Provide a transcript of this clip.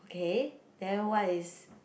okay then what is